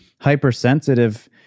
hypersensitive